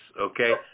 okay